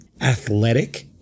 athletic